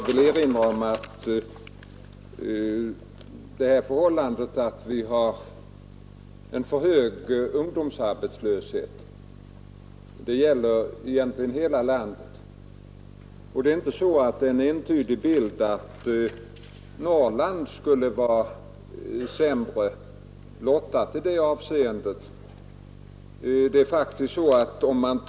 Herr talman! Jag vill erinra om att ungdomsarbetslösheten egentligen är hög i landet i dess helhet och att bilden inte är entydig när det gäller Norrland.